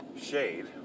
Shade